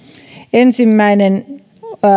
ensimmäinen